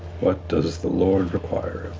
what does the lord require